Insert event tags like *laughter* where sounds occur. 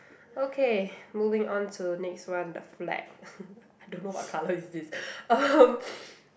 okay moving on to next one the flag *laughs* I don't know what colour is this um